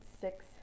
six